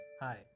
Hi